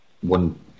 one